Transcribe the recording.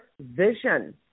vision